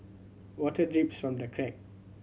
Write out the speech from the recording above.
water drips from the crack